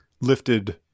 lifted